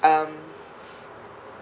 um